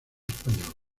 español